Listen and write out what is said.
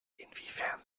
inwiefern